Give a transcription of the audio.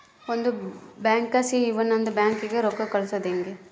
ಒಂದು ಬ್ಯಾಂಕ್ಲಾಸಿ ಇನವಂದ್ ಬ್ಯಾಂಕಿಗೆ ರೊಕ್ಕ ಕಳ್ಸೋದು ಯಂಗೆ